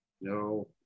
no